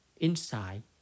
inside